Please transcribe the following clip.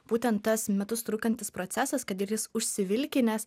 būtent tas metus trunkantis procesas kad ir jis užsivilkinęs